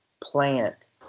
plant